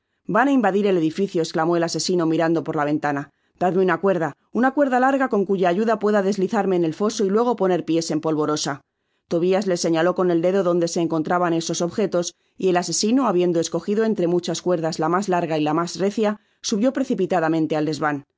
van á invadir el edificio esclamó el asesino mirando por la ventana dadme una cuerda una cuerda larga con cuya ayuda pueda deslizarme en el foso y luego poner piés en polvorosa tobias le señaló con el dedo donde se encontraban esos objetos y el asesino habiendo escogido entre muchas cuerdas la mas larga y la mas récia subió precipitadamente al desvan